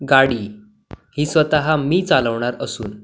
गाडी ही स्वतः मी चालवणार असून